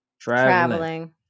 traveling